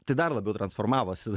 tai dar labiau transformavosi